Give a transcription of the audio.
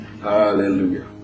Hallelujah